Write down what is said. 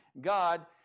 God